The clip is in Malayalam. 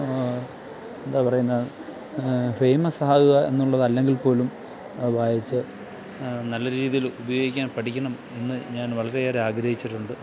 എന്താണ് പറയുന്നത് ഫേമസ് ആകുക എന്നുള്ളത് അല്ലെങ്കിൽ പോലും അത് വായിച്ച് നല്ല രീതിയിൽ ഉപയോഗിക്കാൻ പഠിക്കണം എന്ന് ഞാൻ വളരെയേറെ ആഗ്രഹിച്ചിട്ടുണ്ട്